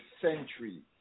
centuries